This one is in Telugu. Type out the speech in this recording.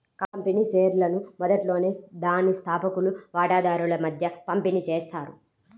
కంపెనీ షేర్లను మొదట్లోనే దాని స్థాపకులు వాటాదారుల మధ్య పంపిణీ చేస్తారు